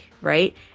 right